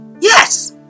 Yes